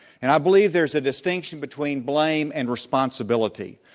and i believe there's a distinction between blame and responsibility,